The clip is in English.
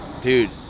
dude